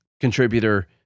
contributor